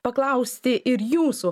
paklausti ir jūsų